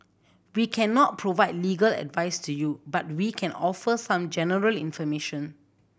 we cannot provide legal advice to you but we can offer some general information